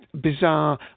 bizarre